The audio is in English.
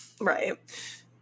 Right